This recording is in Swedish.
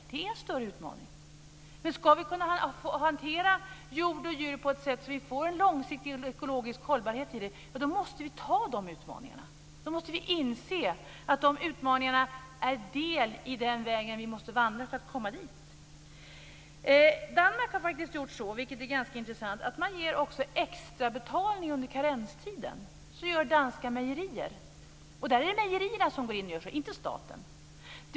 Det är en större utmaning. Ska vi kunna hantera jord och djur på ett sätt som gör att vi får en långsiktig ekologisk hållbarhet måste vi ta de utmaningarna. Då måste vi inse att de utmaningarna är en del av den väg vi måste vandra för att komma dit. I Danmark har man faktiskt gjort så, vilket är ganska intressant, att man ger extra betalning under karenstiden. Så gör danska mejerier. Där är det mejerierna som gör så, inte staten.